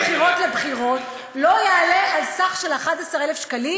מבחירות לבחירות לא יעלה על סך 11,000 שקלים,